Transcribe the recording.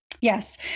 Yes